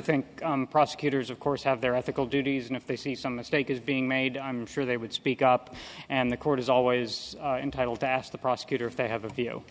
think prosecutors of course have their ethical duties and if they see some mistake is being made i'm sure they would speak up and the court is always entitled to ask the prosecutor if they have a view